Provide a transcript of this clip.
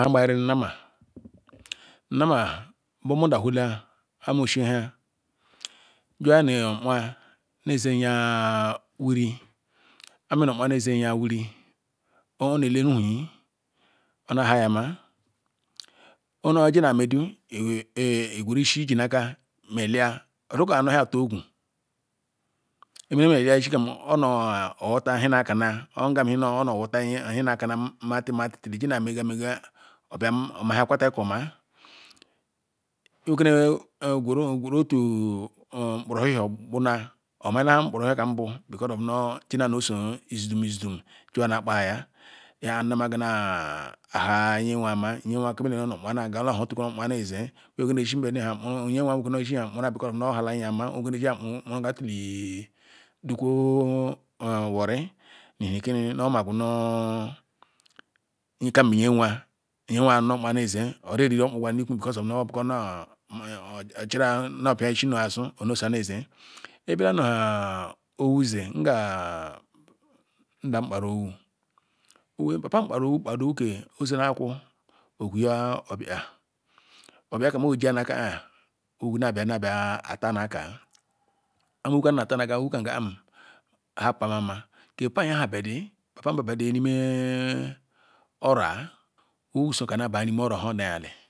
nheha ngbayarum nnama nama boh moda wehla amoh oshi nha jiwa nu omuah noh nya wuri arm e noh doy neh eya wuri oneh ele ruhui mah hire mah owere ijo medu igweru ishishi lji na-akah meh ili-ah odi kor anoh hia ntu-ogwu imeh moh li-ah oshishi kam owata nhe ina kani-ah ngam mowota nhe inakani-a mat-mafi jill jina megah megah otu ngboro hibo ghuna omakana nhe ngbuo- hiho kam nbu because of njina nuh osoh izudum izudum nyah nnama na ayah amahia nye nweh maneh ezeh nye wah ziko nu eji ham obula nheji ama exactly dukwo warri nhi kini because noh omagwu nu iyekam bu nye nwah nyewah nah okpa neze already okpu ru ukwu because of nu obeiko uchiria na apia ishishi na-azu onoh eso neh ezeh ibia-ki nga nvu-izi nga owu-izi ndan kpara owu papam akpara owu ke ozene aku ogwuga obiha obiakam omeh eji na akah na abia na bia atah nah akah owu kam nna tah nah akah happle la yah mah mah nna bia di papa nhia yadebi ni imeh oro-a useh ka na ba ni imeh omoroh